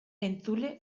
entzule